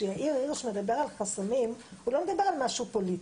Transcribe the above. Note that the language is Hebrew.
כשיאיר הירש מדבר על חסמים הוא לא מדבר על משהו פוליטי,